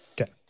Okay